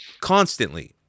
constantly